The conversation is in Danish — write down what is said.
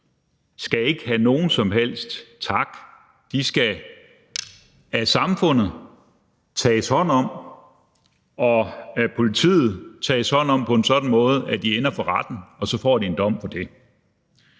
skal ikke have nogen som helst tak; de skal af samfundet tages hånd om og af politiet tages hånd om på en sådan måde, at de ender for retten, og så får de en dom for det.